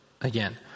again